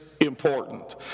important